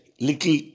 little